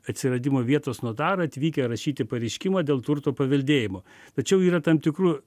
atsiradimo vietos notarą atvykę rašyti pareiškimą dėl turto paveldėjimo tačiau yra tam tikrų